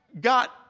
got